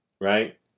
right